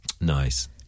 Nice